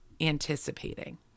anticipating